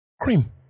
Cream